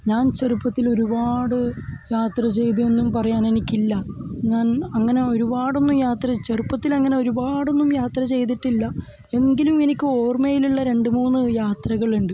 ഞാൻ ചെറുപ്പത്തിൽ ഒരുപാട് യാത്ര ചെയ്തെന്നും പറയാൻ എനിക്കില്ല ഞാൻ അങ്ങനെ ഒരുപാടൊന്നും യാത്ര ചെറുപ്പത്തിൽ അങ്ങനെ ഒരുപാടൊന്നും യാത്ര ചെയ്തിട്ടില്ല എങ്കിലും എനിക്ക് ഓർമ്മയിലുള്ള രണ്ടു മൂന്ന് യാത്രകളുണ്ട്